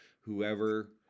whoever